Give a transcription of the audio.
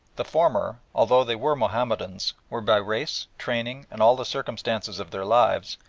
the former, although they were mahomedans, were by race, training, and all the circumstances of their lives,